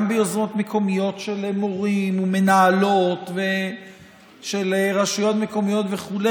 גם ביוזמות מקומיות של מורים ומנהלות ושל רשויות מקומיות וכו',